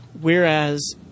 Whereas